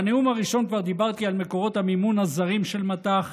בנאום הראשון כבר דיברתי על מקורות המימון הזרים של מט"ח,